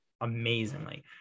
amazingly